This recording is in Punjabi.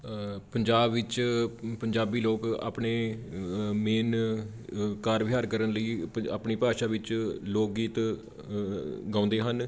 ਪੰਜਾਬ ਵਿੱਚ ਪੰਜਾਬੀ ਲੋਕ ਆਪਣੇ ਅ ਮੇਨ ਅ ਕਾਰ ਵਿਹਾਰ ਕਰਨ ਲਈ ਪੰ ਆਪਣੀ ਭਾਸ਼ਾ ਵਿੱਚ ਲੋਕ ਗੀਤ ਗਾਉਂਦੇ ਹਨ